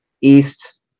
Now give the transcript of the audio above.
east